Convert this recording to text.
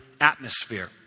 atmosphere